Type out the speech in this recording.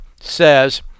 says